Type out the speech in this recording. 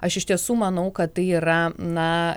aš iš tiesų manau kad tai yra na